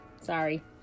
Sorry